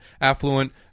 affluent